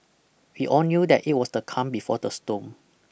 we all knew that it was the calm before the storm